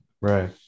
Right